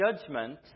judgment